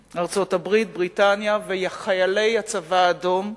ארצות-הברית, בריטניה וחיילי הצבא האדום,